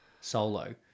solo